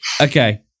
Okay